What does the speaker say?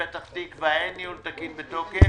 בני ברק אין ניהול תקין בתוקף.